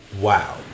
Wow